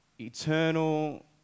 eternal